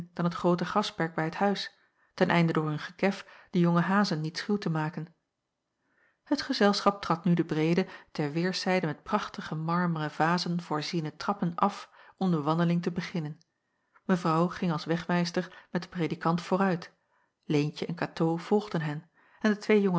dan t groote grasperk bij t huis ten einde door hun gekef de jonge hazen niet schuw te maken het gezelschap trad nu de breede ter weêrszijde met prachtige marmeren vazen voorziene trappen af om de wandeling te beginnen mevrouw ging als wegwijster met den predikant vooruit leentje en katoo volgden hen en de twee